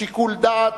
שיקול דעת,